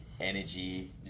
energy